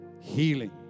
Healing